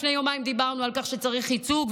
לפני יומיים דיברנו על כך שצריך ייצוג,